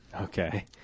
Okay